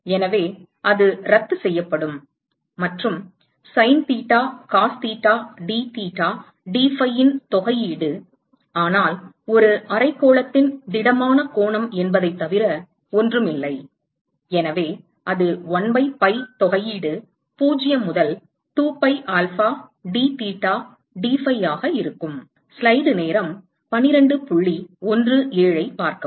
எனவே அது ரத்துசெய்யப்படும் மற்றும் sin theta cos theta dtheta dphi இன் தொகையீடு ஆனால் ஒரு அரைக்கோளத்தின் திடமான கோணம் என்பதைத்தவிர ஒன்றும் இல்லை எனவே அது 1 பை pi தொகையீடு 0 முதல் 2 pi ஆல்பா dtheta dphi ஆக இருக்கும்